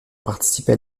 participer